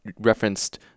referenced